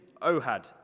Ohad